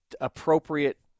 appropriate